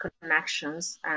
connections